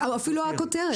אפילו הכותרת.